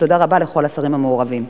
ותודה רבה לכל השרים המעורבים.